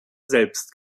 selbst